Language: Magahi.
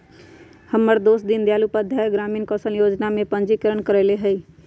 हमर दोस दीनदयाल उपाध्याय ग्रामीण कौशल जोजना में पंजीकरण करएले हइ